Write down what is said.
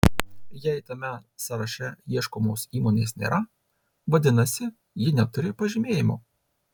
jei tame sąraše ieškomos įmonės nėra vadinasi ji neturi pažymėjimo